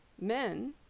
Men